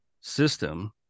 system